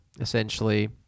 Essentially